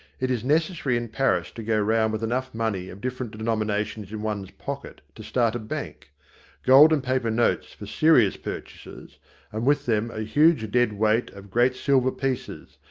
it is necessary in paris to go round with enough money of different denominations in one's pocket to start a bank gold and paper notes for serious purchases, and with them a huge dead weight of great silver pieces,